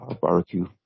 barbecue